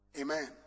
amen